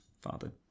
father